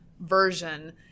version